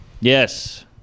Yes